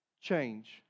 change